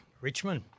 Richmond